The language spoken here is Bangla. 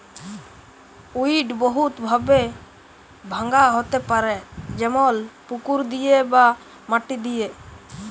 উইড বহুত ভাবে ভাঙা হ্যতে পারে যেমল পুকুর দিয়ে বা মাটি দিয়ে